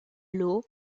l’eau